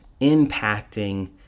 impacting